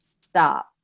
stop